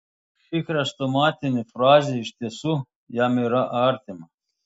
ši chrestomatinė frazė iš tiesų jam yra artima